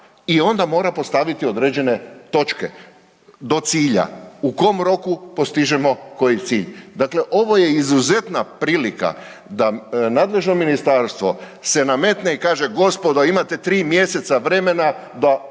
i onda mora postaviti određene točke do cilja u kom roku postižemo koji cilj. Dakle, ovo je izuzetna prilika da nadležno ministarstvo se nametne i kaže gospodo, imate 3 mjeseca vremena da